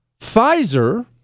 Pfizer